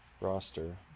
roster